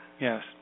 Yes